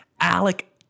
Alec